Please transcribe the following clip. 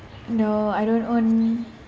no I don't own